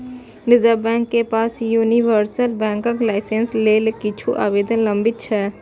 reserve bank के पास universal बैंकक लाइसेंस लेल किछु आवेदन लंबित छै